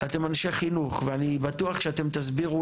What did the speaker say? אתם אנשי חינוך ואני בטוח שאתם תסבירו